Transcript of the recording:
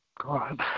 God